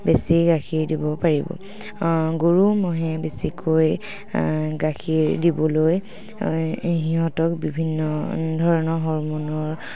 বেছি গাখীৰ দিব পাৰিব গৰু ম'হে বেছিকৈ গাখীৰ দিবলৈ সিহঁতক বিভিন্ন ধৰণৰ হৰ্মণৰ